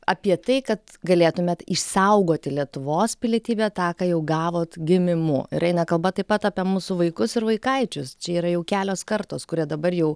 apie tai kad galėtumėte išsaugoti lietuvos pilietybę tą ką jau gavot gimimu ir eina kalba taip pat apie mūsų vaikus ir vaikaičius čia yra jau kelios kartos kuria dabar jau